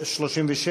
36?